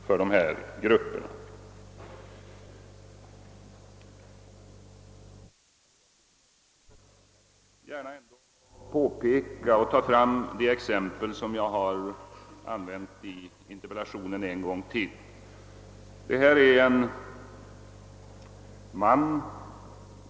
Ändå önskar jag gärna ännu en gång föra fram det exempel som jag använde i interpellationen: en man, drygt 60 år gammal.